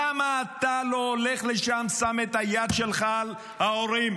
למה אתה לא הולך לשם, שם את היד שלך על ההורים?